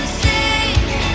sing